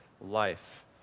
life